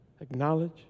Acknowledge